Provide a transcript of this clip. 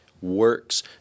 works